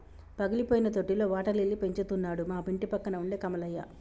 పగిలిపోయిన తొట్టిలో water lily పెంచుతున్నాడు మా ఇంటిపక్కన ఉండే కమలయ్య